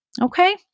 Okay